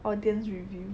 audience review